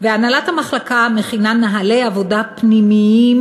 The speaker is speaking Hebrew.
והנהלת המחלקה מכינה נוהלי עבודה פנימיים